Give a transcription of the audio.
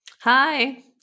Hi